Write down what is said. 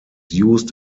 used